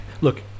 Look